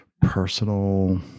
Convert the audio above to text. personal